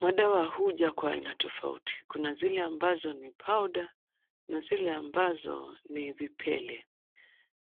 Madawa huja kwa aina tofauti. Kuna zile ambazo ni powder na zile ambazo ni vipele